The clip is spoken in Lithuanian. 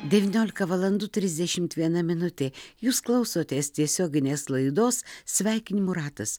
devyniolika valandų trisdešimt viena minutė jūs klausotės tiesioginės laidos sveikinimų ratas